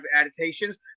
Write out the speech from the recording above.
adaptations